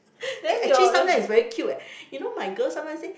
eh actually sometime is very cute leh you know my girl sometime say